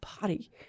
body